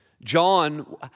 John